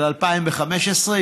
של 2015,